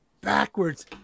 backwards